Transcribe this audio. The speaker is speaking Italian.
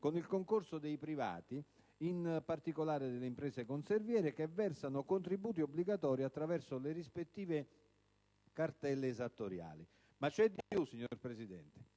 con il concorso dei privati, in particolare delle imprese conserviere, che versano contributi obbligatori attraverso le rispettive cartelle esattoriali. Ma c'è di più. Ad Angri, in